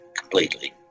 completely